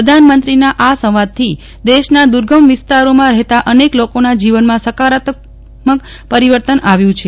પ્રધાનમંત્રીના આ સંવાદથી દેશના દુર્ગમ વિસ્તારોમાં રહેતાં અનેક લોકોના જીવનમાં સકારાત્મક પરિવર્તન આવ્યું છે